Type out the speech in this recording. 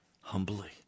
humbly